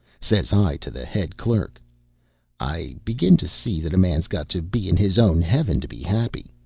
says i to the head clerk i begin to see that a man's got to be in his own heaven to be happy.